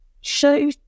show